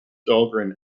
dahlgren